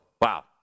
wow